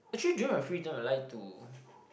actually during my free time I like to